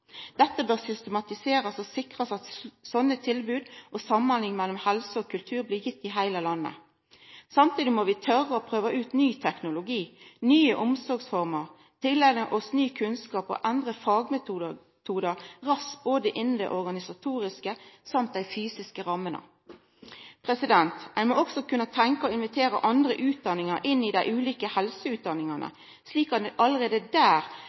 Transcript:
Dette bør systematiserast, og ein må sikra at sånne tilbod og samhandling mellom helse og kultur blir gitt over heile landet. Samtidig må vi tora prøva ut ny teknologi og nye omsorgsformer, tileigna oss ny kunnskap og endra nye fagmetodar raskt – både det organisatoriske og dei fysiske rammene. Ein må også kunna tenka å invitera andre utdaningar inn i dei ulike helseutdanningane, slik at ein allereie der